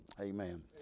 Amen